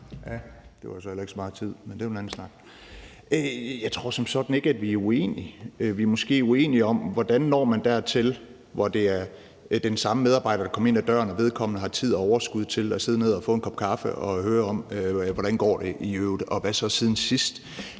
Der var så heller ikke så meget tid, men det er en anden snak. Jeg tror som sådan ikke, at vi er uenige. Vi er måske uenige om, hvordan man når dertil, hvor det er den samme medarbejder, der kommer ind ad døren, og vedkommende har tid og overskud til at sidde ned og få en kop kaffe og høre om, hvordan det i øvrigt går, og hvad der er sket siden sidst.